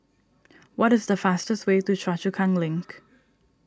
what is the fastest way to Choa Chu Kang Link